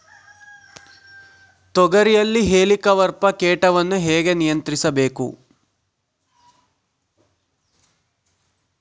ತೋಗರಿಯಲ್ಲಿ ಹೇಲಿಕವರ್ಪ ಕೇಟವನ್ನು ಹೇಗೆ ನಿಯಂತ್ರಿಸಬೇಕು?